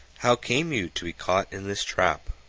how came you to be caught in this trap?